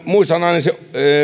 muistan aina